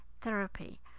therapy